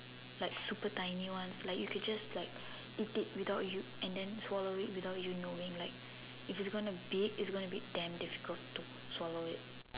like super tiny ones like you can just like eat it without you and then swallow without you knowing like if you are going to big it's going to be damn difficult to swallow it